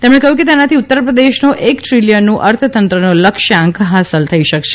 તેમણે કહયું કે તેનાથી ઉત્તરપ્રદેશનો એક દ્રીલીયનનું અર્થતંત્રનો લક્ષ્યાંક હાંસલ થઈ શકશે